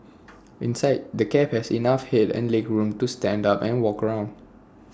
inside the cab has enough Head and legroom to stand up and walk around